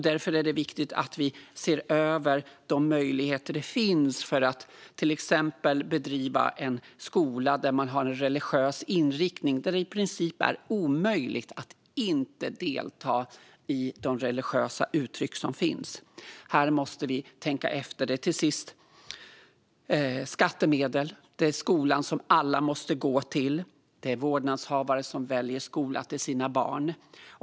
Därför är det viktigt att vi ser över de möjligheter som finns för att till exempel bedriva en skola där man har en religiös inriktning som gör det i princip omöjligt att inte delta i de religiösa uttryck som finns. Här måste vi tänka efter. Det är till sist skattemedel som används, det är skolan som alla måste gå till och det är vårdnadshavare som väljer skola till sina barn.